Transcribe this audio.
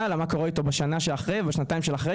אלא גם מה קורה איתו בשנה-שנתיים שאחרי.